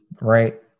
right